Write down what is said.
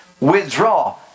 withdraw